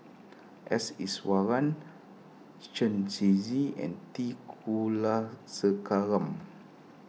S Iswaran Chen Shiji and T Kulasekaram